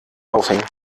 aufhängen